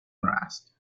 harassed